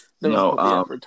No